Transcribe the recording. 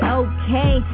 okay